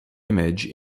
image